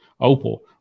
opal